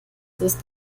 ist